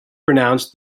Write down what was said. pronounced